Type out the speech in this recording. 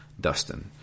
Dustin